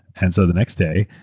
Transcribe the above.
and so the next day,